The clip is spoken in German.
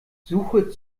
suche